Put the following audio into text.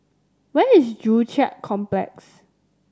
where is Joo Chiat Complex